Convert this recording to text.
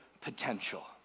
potential